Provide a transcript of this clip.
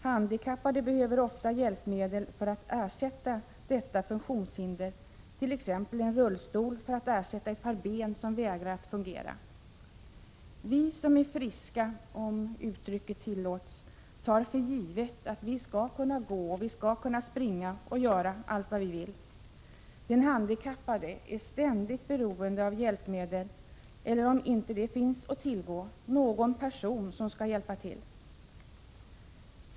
Handikappade behöver ofta hjälpmedel för att ersätta denna funktion som är bristfällig, t.ex. en rullstol för att ersätta ett par ben som vägrar att fungera. Vi som är friska, om uttrycket tillåts, tar för givet att vi skall kunna gå, springa och göra allt vad vi vill. Den handikappade är ständigt beroende av hjälpmedel eller, om sådant inte finns att tillgå, någon person som kan hjälpa till.